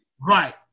Right